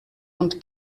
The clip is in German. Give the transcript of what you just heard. und